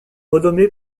renommé